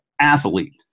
athlete